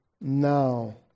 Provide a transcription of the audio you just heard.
now